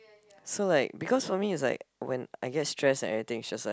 so like because for me it's like when I get stress and everything is just like